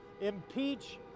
Impeach